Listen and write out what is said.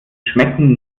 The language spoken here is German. schmecken